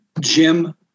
Jim